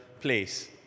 place